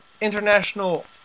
international